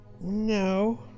no